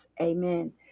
amen